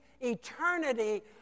eternity